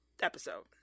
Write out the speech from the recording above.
episode